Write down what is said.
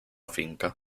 finca